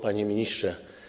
Panie Ministrze!